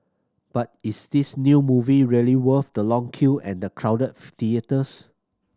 but is this new movie really worth the long queue and the crowded theatres